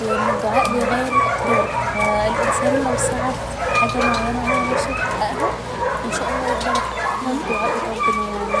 و أن الدعاء بيغير الأقدار ف الإنسان لو سعى في حاجة معينة هو نفسه يحققها إن شاء الله يقدر يحققها بدعاءه لربنا يعني